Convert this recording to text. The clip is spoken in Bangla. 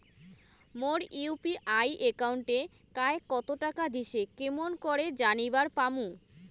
মোর ইউ.পি.আই একাউন্টে কায় কতো টাকা দিসে কেমন করে জানিবার পামু?